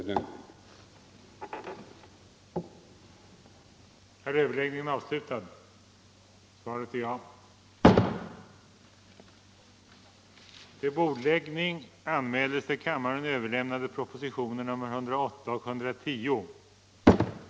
117 frågor